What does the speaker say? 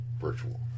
virtual